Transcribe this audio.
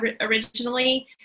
originally